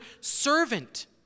servant